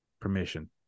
permission